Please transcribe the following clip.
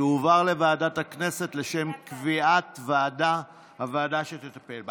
היא תועבר לוועדת הכנסת לשם קביעת הוועדה שתטפל בה.